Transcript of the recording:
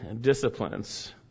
disciplines